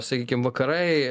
sakykim vakarai